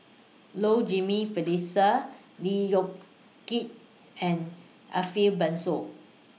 Low Jimenez Felicia Lee Yong Kiat and Ariff Bongso